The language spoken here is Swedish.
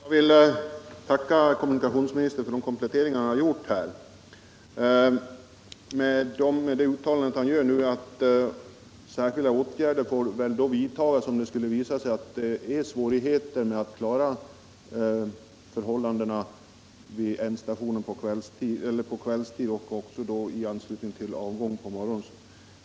Herr talman! Jag vill tacka kommunikationsministern för de kompletteringar han har gjort med uttalandet om att särskilda åtgärder får vidtas om det skulle visa sig att det är svårigheter att klara förhållandena vid Västerdalsbanans ändstation på kvällstid och i anslutning till avgång på morgonen.